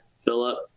Philip